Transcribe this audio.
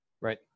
Right